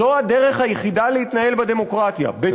זו הדרך היחידה להתנהל בדמוקרטיה, תודה.